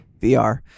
VR